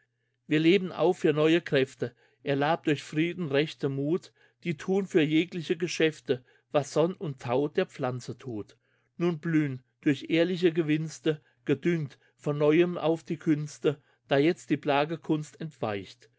wir leben auf für neue kräfte erlabt durch frieden rechte muth die thun für jegliche geschäfte was sonn und thau der pflanze tut nun blühn durch ehrliche gewinnste gedüngt von neuem auf die künste da jetzt die plagekunst entweicht